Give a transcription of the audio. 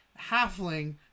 halfling